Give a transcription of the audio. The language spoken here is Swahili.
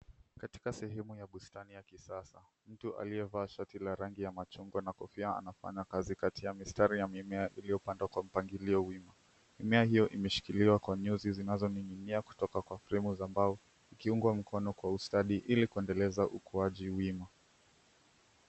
Katika sehemu ya bustani ya kisasa, mtu aliyevaa shati la rangi ya machungwa na kofia anafanya kazi kati ya mistari ya mimea iliyopandwa kwa mpangilio wima. Mimea hiyo imeshikiliwa kwa nyuzi zinazoning'inia kutoka kwa fremu za mbao, ikiungwa mkono kwa ustadi ili kuendeleza ukuaji wima.